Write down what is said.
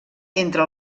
entre